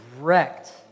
wrecked